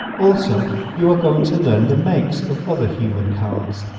also you are going to learn the makes of other human cars,